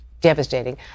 devastating